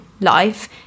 life